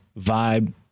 vibe